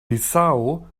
bissau